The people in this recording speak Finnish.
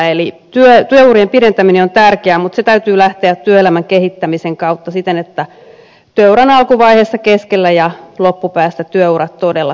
eli työurien pidentäminen on tärkeää mutta sen täytyy lähteä työelämän kehittämisen kautta työuran alkuvaiheesta keskeltä ja loppupäästä siten että työurat todella pitenevät